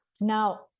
Now